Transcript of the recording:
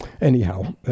anyhow